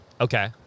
Okay